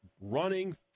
running